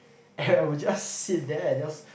and I would just sit there I just